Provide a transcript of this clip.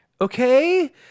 okay